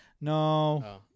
No